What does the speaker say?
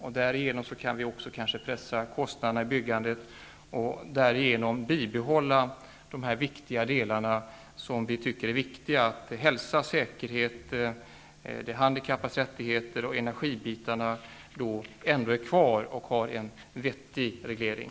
På det sättet kan vi kanske pressa kostnaderna i byggandet, och bibehålla det som vi tycker är viktigt: hälsa, säkerhet, de handikappades rättigheter, och få en vettig reglering.